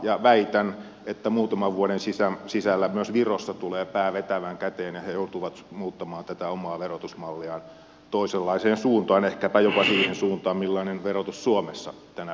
ja väitän että muutaman vuoden sisällä myös virossa tulee pää vetävän käteen ja he joutuvat muuttamaan tätä omaa verotusmalliaan toisenlaiseen suuntaan ehkäpä jopa siihen suuntaan millainen verotus suomessa tänä päivänä on